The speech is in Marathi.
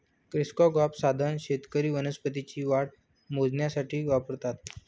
क्रेस्कोग्राफ साधन शेतकरी वनस्पतींची वाढ मोजण्यासाठी वापरतात